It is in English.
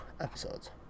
episodes